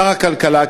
שר הכלכלה,